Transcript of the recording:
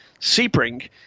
Sebring